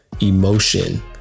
emotion